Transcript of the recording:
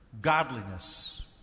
Godliness